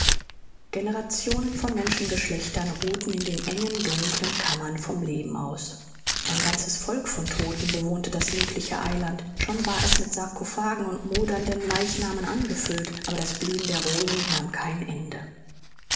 generationen von menschengeschlechtern ruhten in den engen dunklen kammern vom leben aus ein ganzes volk von todten bewohnte das liebliche eiland schon war es mit sarkophagen und modernden leichnamen angefüllt aber das blühen der rosen nahm kein ende